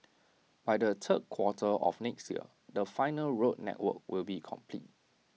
by the third quarter of next year the final road network will be complete